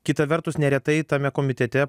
kita vertus neretai tame komitete